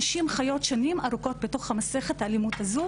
נשים חיות שנים ארוכות בתוך מסכת האלימות הזו,